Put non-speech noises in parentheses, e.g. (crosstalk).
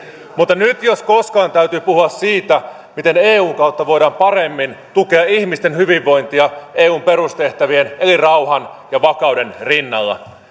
mutta nyt jos koskaan täytyy puhua siitä miten eun kautta voidaan paremmin tukea ihmisten hyvinvointia eun perustehtävien eli rauhan ja vakauden rinnalla (unintelligible)